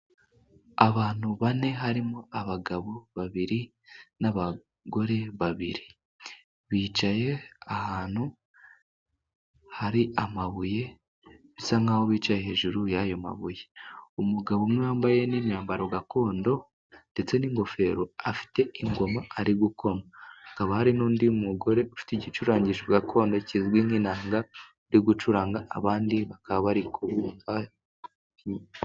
Abantu bane harimo abagabo babiri n'abagore babiri, bicaye ahantu hari amabuye bisa nk'aho bicaye hejuru y'ayo mabuye, umugabo umwe wambaye n'imyambaro gakondo ndetse n'ingofero, afite ingoma ari gukoma hakaba hari n'undi mugore ufite igicurangisho gakondo kizwi nk'inanga, abandi bakaba bari gucuranga abandi bakaba bari ku....